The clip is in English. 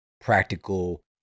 practical